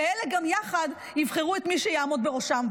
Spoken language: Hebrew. ואלה גם יחד יבחרו את מי שיעמוד בראשם.